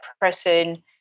person